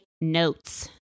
notes